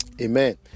Amen